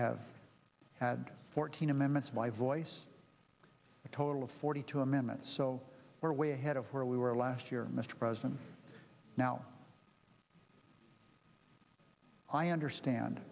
have had fourteen amendments by voice a total of forty two amendments so we're way ahead of where we were last year mr president now i understand